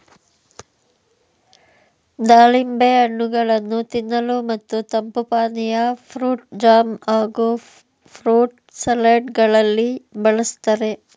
ದಾಳಿಂಬೆ ಹಣ್ಣುಗಳನ್ನು ತಿನ್ನಲು ಮತ್ತು ತಂಪು ಪಾನೀಯ, ಫ್ರೂಟ್ ಜಾಮ್ ಹಾಗೂ ಫ್ರೂಟ್ ಸಲಡ್ ಗಳಲ್ಲಿ ಬಳ್ಸತ್ತರೆ